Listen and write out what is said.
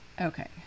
Okay